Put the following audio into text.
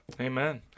amen